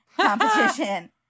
competition